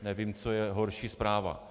Nevím, co je horší zpráva.